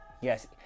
yes